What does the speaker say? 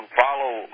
follow